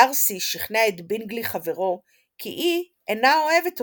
דארסי שכנע את בינגלי חברו כי היא אינה אוהבת אותו,